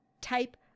type